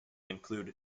include